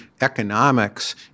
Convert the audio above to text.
economics